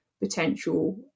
potential